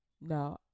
no